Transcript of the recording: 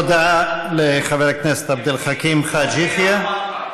תודה לחבר הכנסת עבד אל חכים חאג' יחיא.